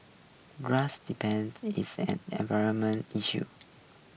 grass depends is an environmental issue